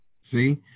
See